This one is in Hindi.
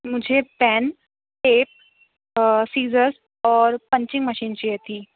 मुझे पेन टेप सिज़र और पंचिंग मशीन चाहिए थी